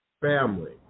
family